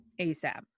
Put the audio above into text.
ASAP